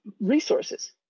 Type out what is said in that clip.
resources